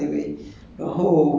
then